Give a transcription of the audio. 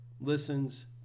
listens